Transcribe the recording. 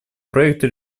проекта